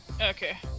Okay